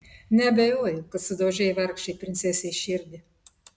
neabejoju kad sudaužei vargšei princesei širdį